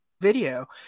Video